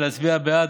אני מבקש להצביע בעד.